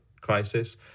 crisis